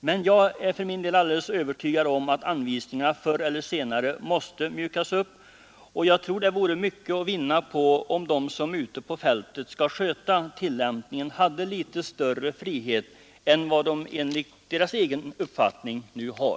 Men jag är alldeles övertygad om att anvisningarna förr eller senare måste mjukas upp, och jag tror det vore mycket att vinna, om de som ute på fältet skall sköta tillämpningen hade litet större frihet än vad de enligt egen uppfattning nu har.